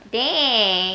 damn